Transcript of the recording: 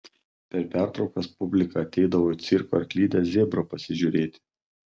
per pertraukas publika ateidavo į cirko arklidę zebro pasižiūrėti